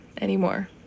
anymore